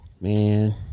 Man